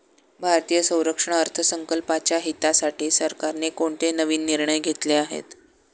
भारतीय संरक्षण अर्थसंकल्पाच्या हितासाठी सरकारने कोणते नवीन निर्णय घेतले आहेत?